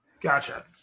Gotcha